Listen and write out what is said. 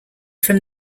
from